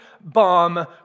bomb